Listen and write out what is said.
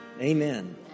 Amen